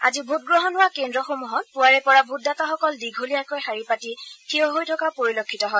আজি ভোটগ্ৰহণ হোৱা কেন্দ্ৰসমূহত পুৱাৰে পৰা ভোটদাতাসকল দীঘলীয়াকৈ শাৰী পাতি থিয় হৈ থকা পৰিলক্ষিত হয়